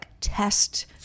test